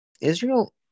Israel